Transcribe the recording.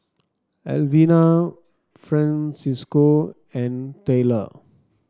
Alvena Francisco and Tylor